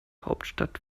hauptstadt